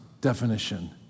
definition